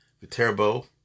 Viterbo